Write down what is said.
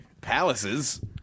palaces